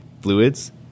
fluids